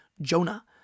Jonah